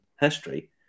history